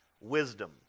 wisdom